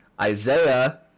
Isaiah